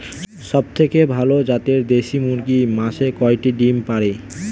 সবথেকে ভালো জাতের দেশি মুরগি মাসে কয়টি ডিম পাড়ে?